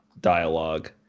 dialogue